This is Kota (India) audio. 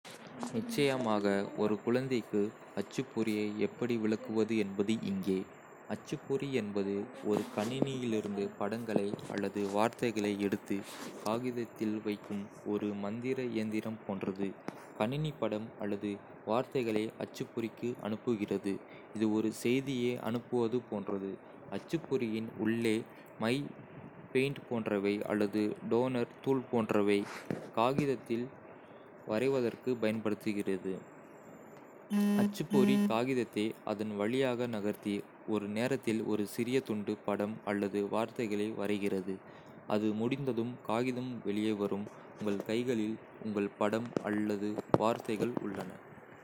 நிச்சயமாக ஒரு குழந்தைக்கு அச்சுப்பொறியை எப்படி விளக்குவது என்பது இங்கே. அச்சுப்பொறி என்பது ஒரு கணினியிலிருந்து படங்களை அல்லது வார்த்தைகளை எடுத்து காகிதத்தில் வைக்கும் ஒரு மந்திர இயந்திரம் போன்றது. கணினி படம் அல்லது வார்த்தைகளை அச்சுப்பொறிக்கு அனுப்புகிறது, இது ஒரு செய்தியை அனுப்புவது போன்றது. அச்சுப்பொறியின் உள்ளே, மை பெயிண்ட் போன்றவை அல்லது டோனர் தூள் போன்றவை காகிதத்தில் வரைவதற்குப் பயன்படுத்துகிறது. அச்சுப்பொறி காகிதத்தை அதன் வழியாக நகர்த்தி, ஒரு நேரத்தில் ஒரு சிறிய துண்டு, படம் அல்லது வார்த்தைகளை வரைகிறது. அது முடிந்ததும், காகிதம் வெளியே வரும், உங்கள் கைகளில் உங்கள் படம் அல்லது வார்த்தைகள் உள்ளன.